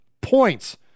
Points